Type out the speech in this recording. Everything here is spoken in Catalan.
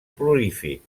prolífic